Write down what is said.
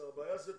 הבעיה זה תקנים.